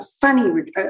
funny